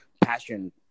passion